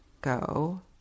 go